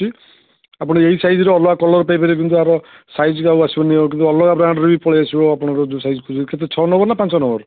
ଆପଣ ଏଇ ସାଇଜ୍ର ଅଲଗା କଲର୍ ପାଇପାରିବେ କିନ୍ତୁ ଆର ସାଇଜ୍ର ଆଉ ଆସିବନି ଆଉ ଟିକେ ଅଲଗା ବ୍ରାଣ୍ଡ୍ରବି ପଳାଇଆସିବ ଆପଣଙ୍କର ଯେଉଁ ସାଇଜ୍ ଖୋଜିବେ କେତେ ଛଅ ନମ୍ବର ନା ପାଞ୍ଚ ନମ୍ବର